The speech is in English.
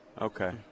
Okay